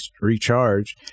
recharge